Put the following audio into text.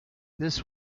this